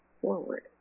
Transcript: forward